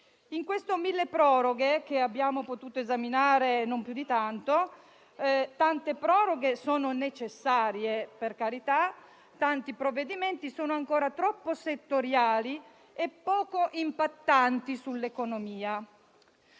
decreto milleproroghe, che non abbiamo potuto esaminare più di tanto, tante proroghe sono necessarie, per carità, ma tanti provvedimenti sono ancora troppo settoriali e poco impattanti sull'economia.